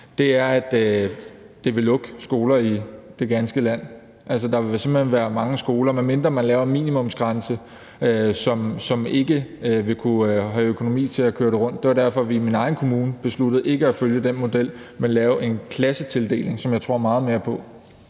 det er, at det vil lukke skoler i det ganske land. Der vil simpelt hen være mange skoler – medmindre man laver en minimumsgrænse – som ikke vil kunne have økonomi til at køre rundt. Det var derfor, vi i min egen kommune besluttede ikke at følge den model, men lave en klassetildeling, som jeg tror meget mere på.